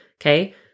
Okay